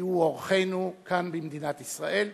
כי הוא אורחנו כאן במדינת ישראל.